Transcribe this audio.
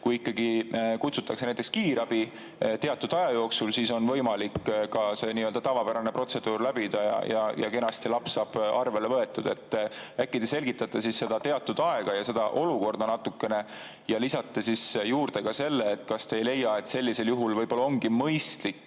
kui ikkagi kutsutakse näiteks kiirabi teatud aja jooksul, siis on võimalik ka see nii-öelda tavapärane protseduur läbida ja laps saab kenasti arvele võetud. Äkki te selgitate seda teatud aega ja seda olukorda natukene? Ja kas te ei leia, et sellisel juhul võib-olla ongi mõistlik,